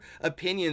opinions